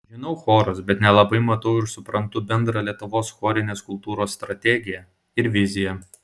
žinau chorus bet nelabai matau ir suprantu bendrą lietuvos chorinės kultūros strategiją ir viziją